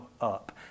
up